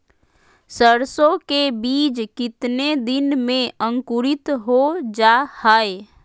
सरसो के बीज कितने दिन में अंकुरीत हो जा हाय?